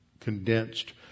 condensed